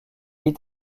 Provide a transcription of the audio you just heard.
est